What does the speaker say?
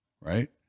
right